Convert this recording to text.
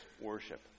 worship